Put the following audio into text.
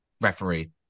referee